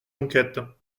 enquêtes